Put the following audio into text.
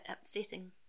upsetting